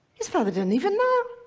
his father didn't even know.